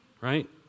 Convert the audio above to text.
Right